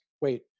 wait